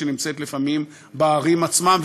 שנמצאת לפעמים בערים עצמן,